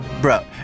Bro